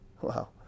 Wow